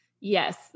Yes